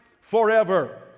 forever